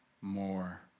more